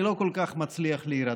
אני לא כל כך מצליח להירדם,